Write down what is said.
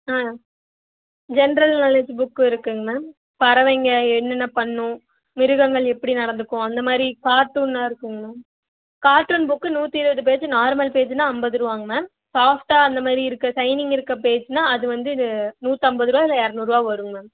ஆ general knowledge புக்கும் இருக்குங்க ma'am பறவைங்க என்னென்ன பண்ணும் மிருகங்கள் எப்படி நடந்துக்கும் அந்தமாதிரி கார்ட்டூனாக இருக்குங்க மேம் கார்ட்டூன் புக்கு நூற்றி இருபது பேஜ் நார்மல் பேஜ்னால் ஐம்பதுரூவாங்க மேம் சாஃப்ட்டாக அந்தமாதிரி இருக்க ஷைனிங் இருக்க பேஜ்னால் அதுவந்து இது நூற்றம்பதுரூவா இல்லை இரநூறுவா வருங்க மேம்